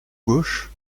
gauche